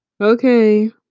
Okay